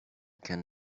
can